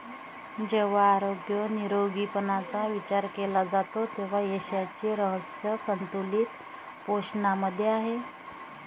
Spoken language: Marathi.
जेव्हा आरोग्य निरोगीपणाचा विचार केला जातो तेव्हा यशाचे रहस्य संतुलित पोषणामध्ये आहे